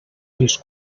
dels